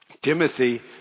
Timothy